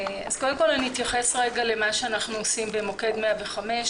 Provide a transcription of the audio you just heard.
אני אתייחס למה שאנחנו עושים במוקד 105,